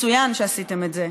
מצוין שעשיתם את זה,